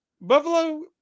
Buffalo